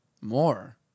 More